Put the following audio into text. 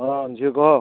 ହଁ ଝିଅ କହ